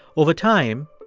over time,